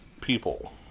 people